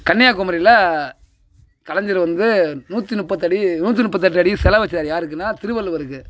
கன்னியாகுமரியில் கலைஞர் வந்து நூற்றி முப்பத்தடி நூற்றி முப்பத்தெட்டு அடி சிலை வச்சார் யாருக்குன்னா திருவள்ளுவருக்கு